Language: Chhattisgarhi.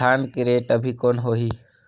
धान के रेट अभी कौन होही?